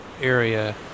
area